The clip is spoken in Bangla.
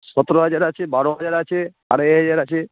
সতেরো হাজার আছে বারো হাজার আছে আড়াই হাজার আছে